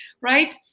right